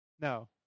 No